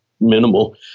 minimal